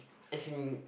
as in